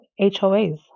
HOAs